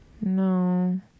No